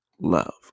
love